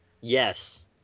Yes